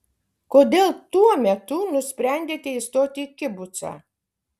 kodėl tuo metu nusprendėte įstoti į kibucą